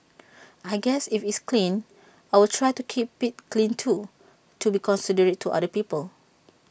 I guess if it's clean I will try to keep IT clean too to be considerate to other people